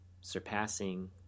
surpassing